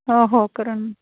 हो हो करून